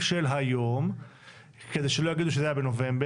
של היום כדי שלא יגידו שזה היה בנובמבר,